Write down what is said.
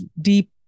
deep